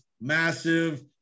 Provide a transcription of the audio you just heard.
massive